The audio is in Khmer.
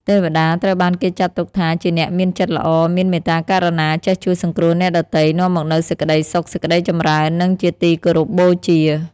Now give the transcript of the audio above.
ទេវតាត្រូវបានគេចាត់ទុកថាជាអ្នកមានចិត្តល្អ មានមេត្តាករុណា ចេះជួយសង្គ្រោះអ្នកដទៃ នាំមកនូវសេចក្តីសុខសេចក្តីចម្រើន និងជាទីគោរពបូជា។